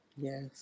Yes